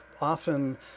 Often